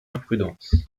imprudence